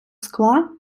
скла